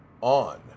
on